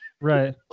Right